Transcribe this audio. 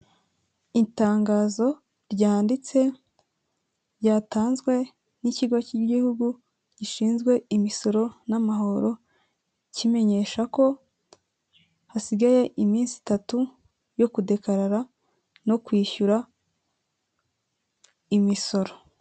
Itangazo ryanditse ryatanzwe n'ikigo k'igihugu gishinzwe imisoro n'amahoro, kimenyesha ko hasigaye iminsi itatu yo kudekarara no kwishyura imisoro.